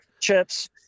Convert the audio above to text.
chips